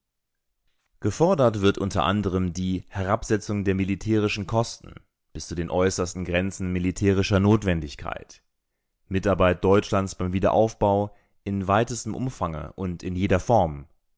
gefordert wird unter anderem die herabsetzung der militärischen kosten bis zu den äußersten grenzen militärischer notwendigkeit mitarbeit deutschlands beim wiederaufbau in weitestem umfange und in jeder form